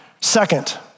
Second